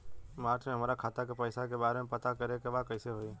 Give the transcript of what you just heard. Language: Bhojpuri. मार्च में हमरा खाता के पैसा के बारे में पता करे के बा कइसे होई?